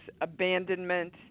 abandonment